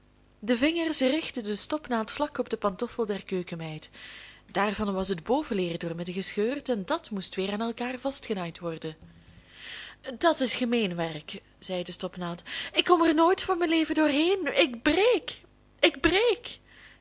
de vingers richtten de stopnaald vlak op de pantoffel der keukenmeid daarvan was het bovenleer doormidden gescheurd en dat moest weer aan elkaar vastgenaaid worden dat is gemeen werk zei de stopnaald ik kom er nooit van mijn leven doorheen ik breek ik breek